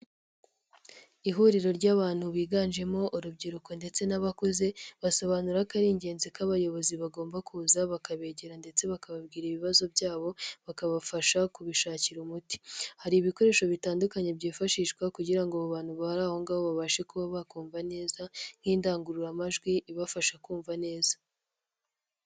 Ihuriro ry'abantu biganjemo urubyiruko ndetse n'abakuze. Basobanura ko ari ingenzi ko abayobozi bagomba kuza bakabegera ndetse bakababwira ibibazo byabo, bakabafasha kubishakira umuti. Hari ibikoresho bitandukanye byifashishwa kugira ngo abo bantu bari aho ngabo babashe kuba bakumva neza nk'indangururamajwi ibafasha kumva neza.